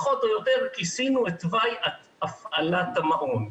פחות או יותר כיסינו את תוואי הפעלת המעון.